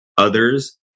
others